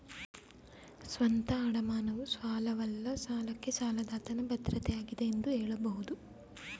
ಸ್ವಂತ ಅಡಮಾನವು ಸಾಲವಲ್ಲ ಸಾಲಕ್ಕೆ ಸಾಲದಾತನ ಭದ್ರತೆ ಆಗಿದೆ ಎಂದು ಹೇಳಬಹುದು